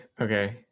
Okay